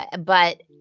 ah but,